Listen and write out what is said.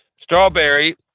Strawberry